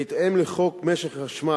בהתאם לחוק משק החשמל,